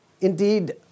Indeed